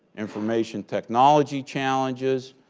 information technology challenges,